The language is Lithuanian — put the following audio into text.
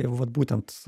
vat būtent